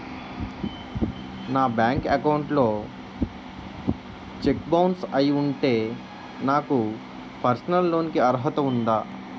నా bank account లో check bounce అయ్యి ఉంటే నాకు పర్సనల్ లోన్ కీ అర్హత ఉందా?